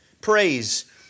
praise